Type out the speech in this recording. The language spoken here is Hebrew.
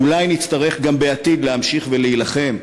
אולי נצטרך גם בעתיד להמשיך ולהילחם,